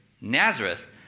Nazareth